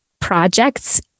projects